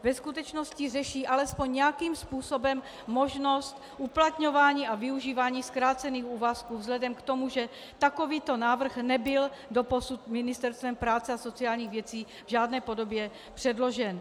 Ve skutečnosti řeší alespoň nějakým způsobem možnost uplatňování a využívání zkrácených úvazků vzhledem k tomu, že takovýto návrh nebyl doposud Ministerstvem práce a sociálních věcí v žádné podobě předložen.